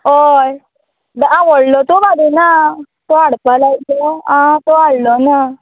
हय आं व्हडलो तोप हाडुना तो हाडपा लायलो आं तो हाडलो ना